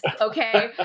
okay